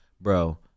Bro